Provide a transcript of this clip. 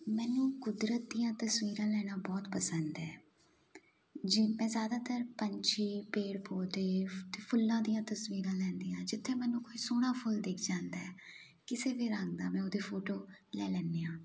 ਮੈਨੂੰ ਕੁਦਰਤ ਦੀਆਂ ਤਸਵੀਰਾਂ ਲੈਣਾ ਬਹੁਤ ਪਸੰਦ ਹੈ ਜੀ ਮੈਂ ਜ਼ਿਆਦਾਤਰ ਪੰਛੀ ਪੇੜ ਪੌਦੇ ਫ ਅਤੇ ਫੁੱਲਾਂ ਦੀਆਂ ਤਸਵੀਰਾਂ ਲੈਂਦੀ ਹਾਂ ਜਿੱਥੇ ਮੈਨੂੰ ਕੋਈ ਸੋਹਣਾ ਫੁੱਲ ਦਿਖ ਜਾਂਦਾ ਕਿਸੇ ਵੀ ਰੰਗ ਦਾ ਮੈਂ ਉਹਦੇ ਫੋਟੋ ਲੈ ਲੈਂਦੀ ਹਾਂ